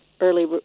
early